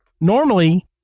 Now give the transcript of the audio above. Normally